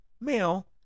male